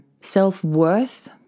self-worth